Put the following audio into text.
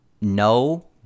no